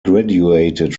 graduated